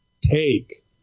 take